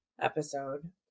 episode